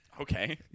Okay